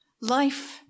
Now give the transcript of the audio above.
Life